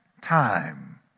time